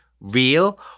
real